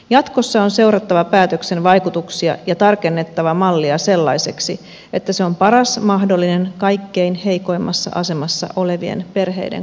jatkossa on seurattava päätöksen vaikutuksia ja tarkennettava mallia sellaiseksi että se on paras mahdollinen kaikkein heikoimmassa asemassa olevien perheiden kannalta